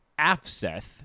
Afseth